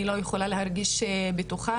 היא לא יכולה להרגיש בטוחה,